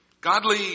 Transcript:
Godly